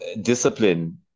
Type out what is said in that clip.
discipline